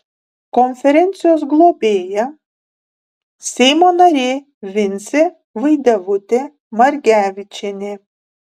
konferencijos globėja seimo narė vincė vaidevutė margevičienė